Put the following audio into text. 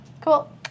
Cool